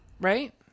Right